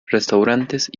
restaurantes